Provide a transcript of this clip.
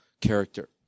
character